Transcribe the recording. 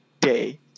day